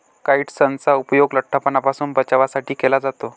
काइट्सनचा उपयोग लठ्ठपणापासून बचावासाठी केला जातो